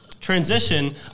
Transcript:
transition